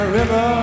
river